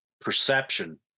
perception